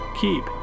keep